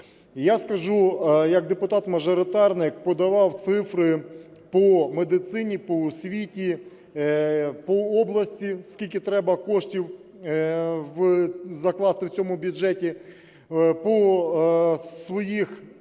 я скажу, як депутат-мажоритарник подавав цифри по медицині у світі, по області скільки треба коштів закласти в цьому бюджеті по своїх